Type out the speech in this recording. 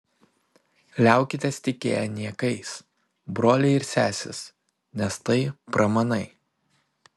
liaukitės tikėję niekais broliai ir sesės nes tai pramanai